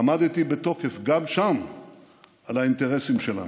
עמדתי בתוקף גם שם על האינטרסים שלנו.